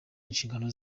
inshingano